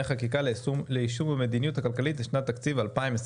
חקיקה ליישום המדיניות הכלכלית לשנת התקציב 2021),